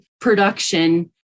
production